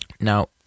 Now